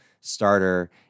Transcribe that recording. starter